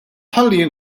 ħalli